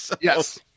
Yes